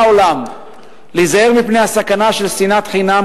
העולם להיזהר מפני הסכנה של שנאת חינם,